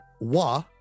Wa